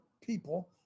people